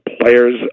players